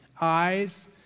eyes